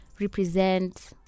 represent